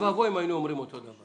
אוי ואבוי אם היינו אומרים אותו דבר.